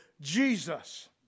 Jesus